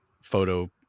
photo